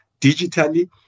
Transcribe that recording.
digitally